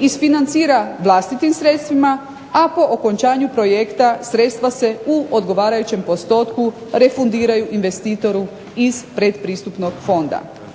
isfinancira vlastitim sredstvima a po okončanju projekta sredstva se u odgovarajućem postotku refundiraju investitoru iz pretpristupnog fonda.